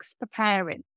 preparing